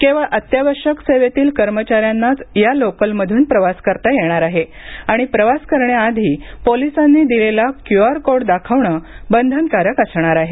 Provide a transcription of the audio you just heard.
केवळ अत्यावश्यक सेवेतील कर्मचाऱ्यांनाच या लोकलमध्रन प्रवास करता येणार आहे आणि प्रवास करण्याआधी पोलिसांनी दिलेला क्यूआर कोड दाखवणं बंधनकारक असणार आहे